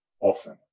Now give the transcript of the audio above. often